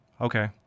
Okay